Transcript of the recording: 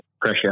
pressure